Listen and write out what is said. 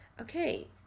Okay